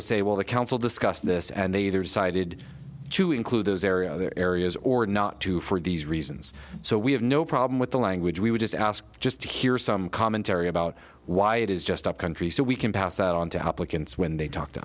to say well the council discussed this and they decided to include those areas or areas or not to for these reasons so we have no problem with the language we would just ask just to hear some commentary about why it is just up country so we can pass it on to help like and when they talk to